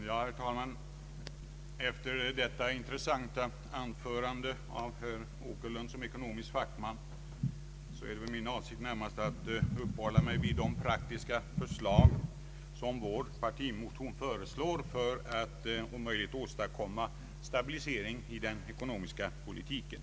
Herr talman! Efter detta intressanta anförande av herr Åkerlund i egenskap av ekonomisk fackman är min avsikt närmast att uppehålla mig vid de praktiska förslag som vi lägger fram i våra partimotioner för att om möjligt åstadkomma stabilisering i den ekonomiska politiken.